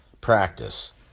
practice